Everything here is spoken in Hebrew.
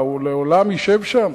מה, הוא לעולם ישב שם?